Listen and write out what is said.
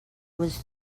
was